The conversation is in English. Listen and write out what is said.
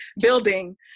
building